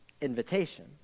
invitation